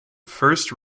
first